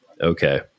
okay